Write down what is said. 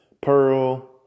pearl